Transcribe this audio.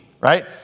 right